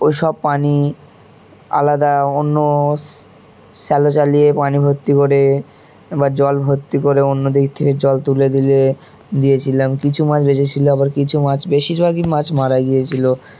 ওই সব পানি আলাদা অন্য স্যালো চালিয়ে পানি ভর্তি করে আবার জল ভর্তি করে অন্য দিক থেকে জল তুলে দিলে দিয়েছিলাম কিছু মাছ বেঁচেছিলো আবার কিছু মাছ বেশিরভাগই মাছ মারা গিয়েছিলো